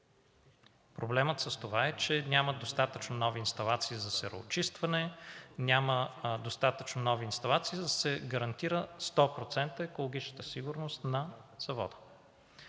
Проблемът с това е, че нямат достатъчно нови инсталации за сероочистване, няма достатъчно нови инсталации, за да се гарантира 100% екологичната сигурност на завода.